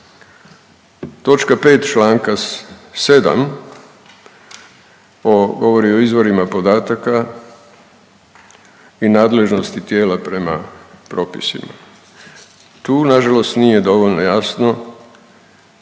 Toč. 5 čl. 7 govori o izvorima podataka i nadležnosti tijela prema propisima. Tu nažalost nije dovoljno jasno